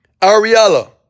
Ariella